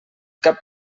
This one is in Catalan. cap